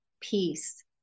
peace